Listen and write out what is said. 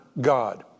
God